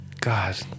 God